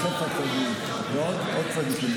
יוסף הצדיק ועוד צדיקים,